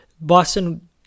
Boston